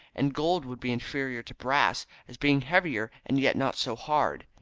and gold would be inferior to brass, as being heavier and yet not so hard.